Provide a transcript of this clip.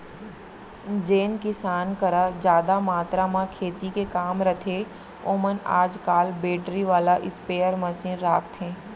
जेन किसान करा जादा मातरा म खेती के काम रथे ओमन आज काल बेटरी वाला स्पेयर मसीन राखथें